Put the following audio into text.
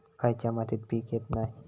खयच्या मातीत पीक येत नाय?